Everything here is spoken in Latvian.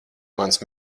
mans